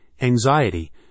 anxiety